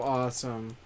awesome